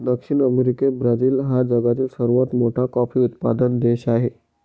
दक्षिण अमेरिकेत ब्राझील हा जगातील सर्वात मोठा कॉफी उत्पादक देश आहे